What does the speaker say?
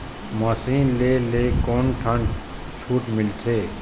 Machine ले ले कोन ठन छूट मिलथे?